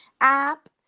app